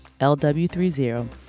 LW30